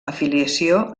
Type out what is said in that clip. afiliació